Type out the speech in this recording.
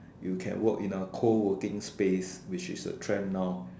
you can work in a cold working space which is a trend now